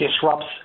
disrupts